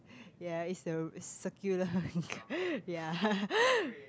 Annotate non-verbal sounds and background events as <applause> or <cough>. ya is the circular ya <laughs>